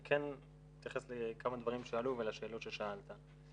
אני כן אתייחס לכמה דברים שעלו ולשאלות ששאלת.